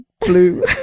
blue